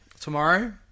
tomorrow